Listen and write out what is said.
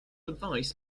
advice